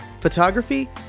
photography